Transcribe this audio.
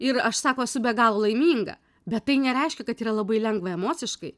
ir aš sako esu be galo laiminga bet tai nereiškia kad yra labai lengva emociškai